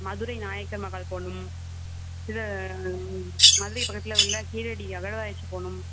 மதுரை நாயக்கர் மஹால் போகணும் இது மதுரை பக்கத்தில் உள்ள கீழடி அகழ்வாராய்ச்சி போகணும்